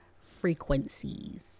frequencies